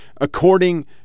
according